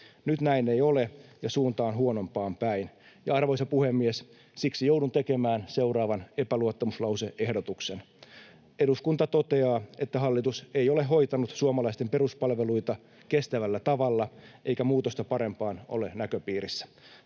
Nyt näin ei ole, ja suunta on huonompaan päin. Arvoisa puhemies! Siksi joudun tekemään seuraavan epäluottamuslause-ehdotuksen: ”Eduskunta toteaa, että hallitus ei ole hoitanut suomalaisten peruspalveluita kestävällä tavalla eikä muutosta parempaan ole näköpiirissä.